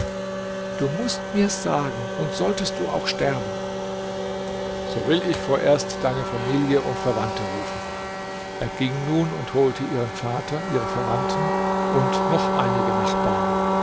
du mußt mir's sagen und solltest du auch sterben so will ich vorerst deine familie und verwandte rufen er ging nun und holte ihren vater ihre verwandten und noch einige nachbarn